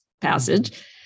passage